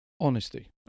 honesty